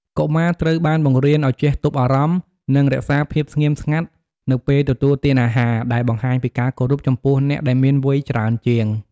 កុមារត្រូវបានបង្រៀនឱ្យចេះទប់អារម្មណ៍ និងរក្សាភាពស្ងៀមស្ងាត់នៅពេលទទួលទានអាហារ ដែលបង្ហាញពីការគោរពចំពោះអ្នកដែលមានវ័យច្រើនជាង។